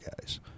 guys